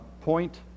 point